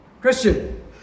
Christian